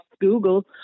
Google